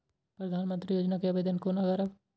प्रधानमंत्री योजना के आवेदन कोना करब?